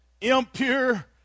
impure